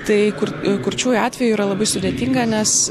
tai kur kurčiųjų atveju yra labai sudėtinga nes